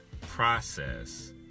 process